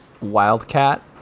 Wildcat